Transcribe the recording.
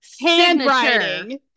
Handwriting